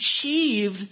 achieved